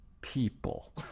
people